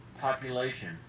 population